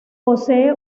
posee